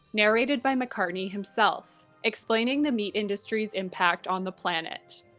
narrated by mccartney himself, explaining the meat industry's impact on the planet.